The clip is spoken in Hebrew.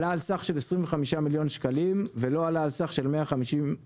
עלה על סך של 25 מיליון שקלים חדשים ולא עלה על סך של 150 מיליון